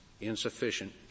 insufficient